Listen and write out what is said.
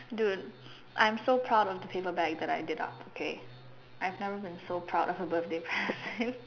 dude I'm so proud of the paper bag that I did up okay I've never been so proud of a birthday present